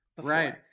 right